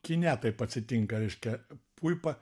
kine taip atsitinka reiškia puipa